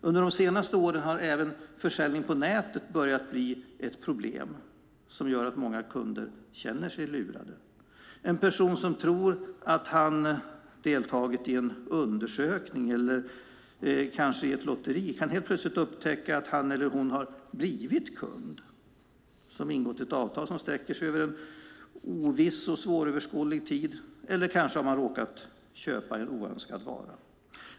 Under de senaste åren har även försäljning på nätet börjat bli ett problem som gör att många kunder känner sig lurade. En person som tror att han eller hon har deltagit i en undersökning eller kanske i ett lotteri kan helt plötsligt upptäcka att han eller hon har blivit kund och ingått ett avtal som sträcker sig över en oviss och svåröverskådlig tid - eller kanske har man råkat köpa en oönskad vara.